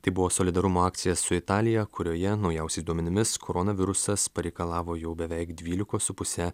tai buvo solidarumo akcija su italija kurioje naujausiais duomenimis koronavirusas pareikalavo jau beveik dvylikos su puse